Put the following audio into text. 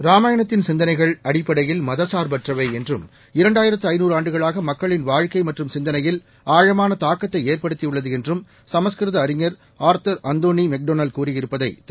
ராமாயணத்தின்சிந்தனைகள் அடிப்படையில்மதச்சார்பற்றவை என்றும் ஆயிரத்துஐநாறுஆண்டுகளாகமக்களின்வாழ்க்கைமற்றும்சிந் தனையில்ஆழமானதாக்கத்தைஏற்படுத்தியுள்ளதுஎன்றும்சம ஸ்கிருதஅறிஞர்ஆர்தர்அந்தோணிமெக்டோனெல்கூறியிருப்ப தைதிரு